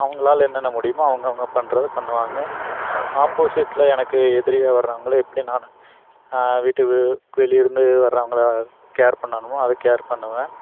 அவங்களால என்னென்ன முடியுமோ அவங்க அவங்க பண்ணுறதப் பண்ணுவாங்க ஆப்போசிட்டில் எனக்கு எதிரியாக வர்றவங்களை எப்படி நான் வீட்டுக்கு வெளியே இருந்து வர்றவங்களை கேர் பண்ணணுமோ அதை கேர் பண்ணுவேன்